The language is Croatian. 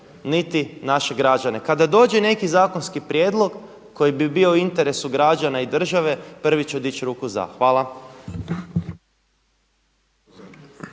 niti naše građane. Kada dođe neki zakonski prijedlog koji bi bio u interesu građana i države, prvi ću dići ruku za. Hvala.